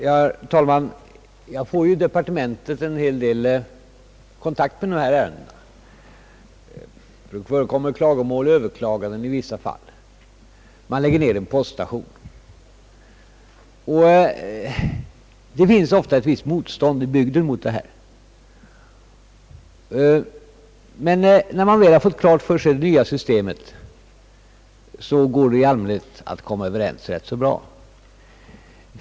Herr talman! Jag får i departementet en hel del kontakt med dessa ärenden. Det förekommer klagomål och överklaganden i vissa fall när man lägger ner en poststation. Det finns ofta ett visst motstånd i bygden mot detta. Men när man väl har fått klart för sig hur det nya systemet fungerar, går det i allmänhet att komma överens rätt så bra.